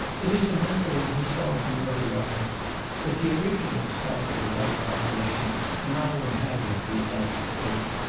it is a matter of historical notoriety that the original stock of the white population now inhabiting the united states,